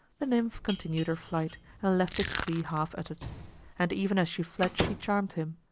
the nymph continued her flight, and left his plea half uttered. and even as she fled she charmed him.